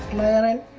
land